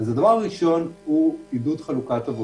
דבר ראשון הוא עידוד חלוקת עבודה.